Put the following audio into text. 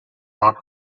not